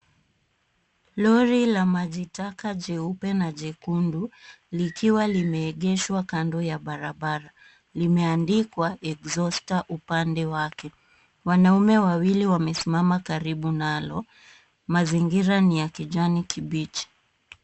Lori la maji taka jeupe na jekundu likiwa limeegeshwa kando ya barabara. Limeandikwa exhauster upande wake. Wanaume wawili wamesimama karibu nalo. Mazingira ni ya kijani kibichi.